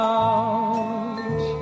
out